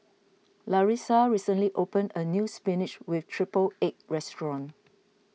Larissa recently opened a new Spinach with Triple Egg restaurant